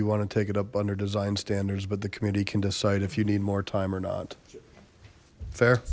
you want to take it up under design standards but the community can decide if you need more time or not fair